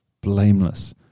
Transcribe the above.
blameless